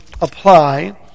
apply